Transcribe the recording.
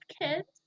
kids